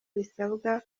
bisabwa